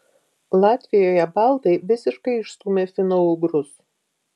latvijoje baltai visiškai išstūmė finougrus